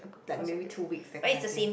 like maybe two weeks that kind of thing